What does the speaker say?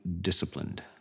disciplined